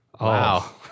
Wow